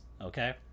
Okay